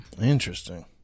interesting